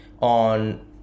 on